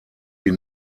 die